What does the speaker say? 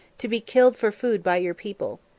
to be killed for food by your people.